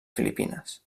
filipines